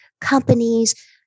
companies